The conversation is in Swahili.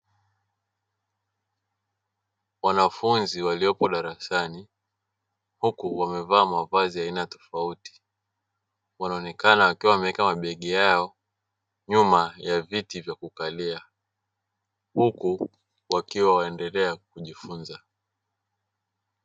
Wanafunzi walioko darasani, huku wamevaa mavazi ya aina tofauti. Wanaonekana wakiwa wameweka mabegi yao nyuma ya viti vya kukalia, huku wakiwa wanaendelea kujifunza.